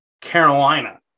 Carolina